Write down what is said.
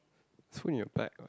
so when you are back ah